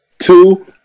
Two